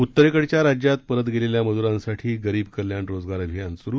उत्तरेकडच्या राज्यात परत गेलेल्या मजुरांसाठी गरीब कल्याण रोजगार अभियान सुरू